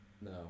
No